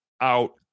out